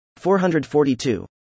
442